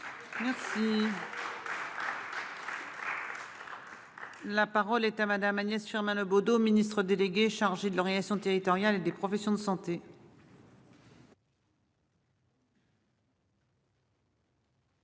remercie. La parole est à Madame Agnès Firmin Le Bodo, Ministre délégué chargé de l'organisation territoriale et des professions de santé.